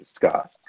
discussed